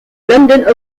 london